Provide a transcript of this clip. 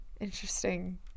interesting